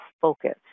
focus